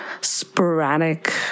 sporadic